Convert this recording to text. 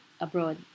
abroad